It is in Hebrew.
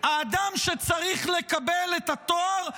האדם שצריך לקבל את התואר,